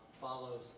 follows